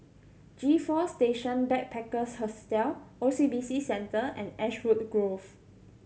G Four Station Backpackers Hostel O C B C Centre and Ashwood Grove